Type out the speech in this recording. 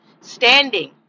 standing